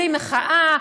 בלי מחאה,